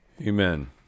Amen